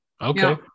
Okay